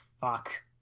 fuck